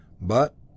But